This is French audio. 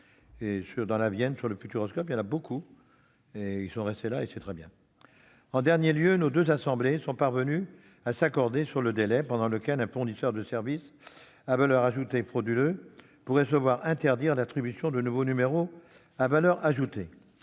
dans la Vienne, au Futuroscope. C'est très bien que ces centres soient restés là. En dernier lieu, nos deux assemblées sont parvenues à s'accorder sur le délai pendant lequel un fournisseur de services à valeur ajoutée frauduleux pourrait se voir interdire l'attribution de nouveaux numéros à valeur ajoutée.